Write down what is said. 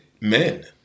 men